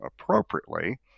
appropriately